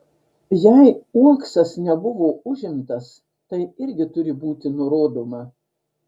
jei uoksas nebuvo užimtas tai irgi turi būti nurodoma